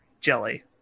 jelly